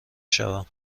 شوم